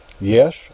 yes